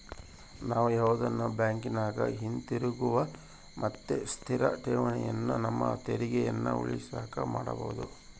ನಾವು ಯಾವುದನ ಬ್ಯಾಂಕಿನಗ ಹಿತಿರುಗುವ ಮತ್ತೆ ಸ್ಥಿರ ಠೇವಣಿಯನ್ನ ನಮ್ಮ ತೆರಿಗೆಯನ್ನ ಉಳಿಸಕ ಮಾಡಬೊದು